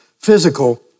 physical